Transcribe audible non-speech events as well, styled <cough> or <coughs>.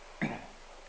<coughs>